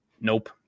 Nope